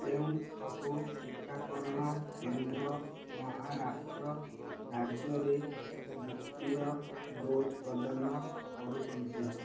କେଉଁ ସବୁ ଟିକାକରଣ କେନ୍ଦ୍ର ମହାରାଷ୍ଟ୍ର ରାଜ୍ୟରେ ଦ୍ୱିତୀୟ ଡୋଜ୍ ପ୍ରଦାନ କରୁଛନ୍ତି